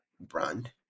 brand